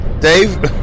Dave